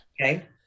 Okay